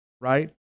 right